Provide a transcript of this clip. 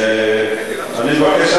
אני מבקש,